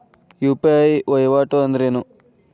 UPI ವಹಿವಾಟ್ ಅಂದ್ರೇನು?